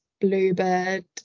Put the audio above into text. Bluebird